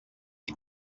qui